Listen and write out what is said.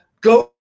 go